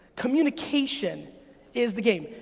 communication is the game.